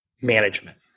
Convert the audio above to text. management